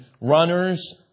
runners